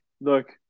Look